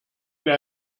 mir